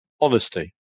honesty